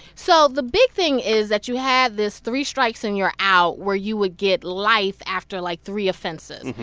so the big thing is that you had this three strikes and you're out where you would get life after, like, three offenses.